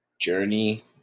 Journey